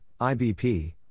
IBP